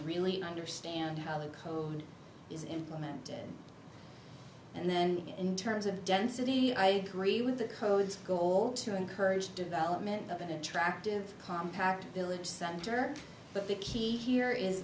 really understand how the code is implemented and then in terms of density i agree with the code's goal to encourage development of an attractive compact village center but the key here is